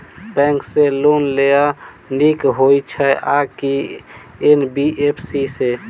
Bank सँ loan लेनाय नीक होइ छै आ की एन.बी.एफ.सी सँ?